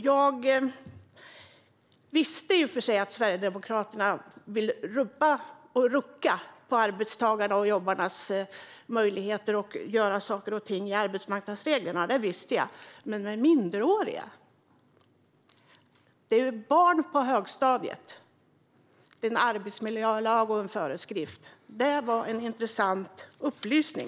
Jag vet att Sverigedemokraterna vill rubba och rucka på arbetstagarnas möjligheter och att ni vill göra saker och ting i arbetsmarknadsreglerna. Men att det även gäller minderåriga barn på högstadiet - det handlar om en arbetsmiljölag och en föreskrift - var en intressant upplysning.